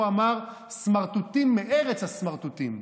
הוא אמר "סמרטוטים מארץ הסמרטוטים".